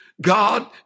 God